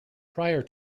prior